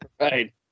Right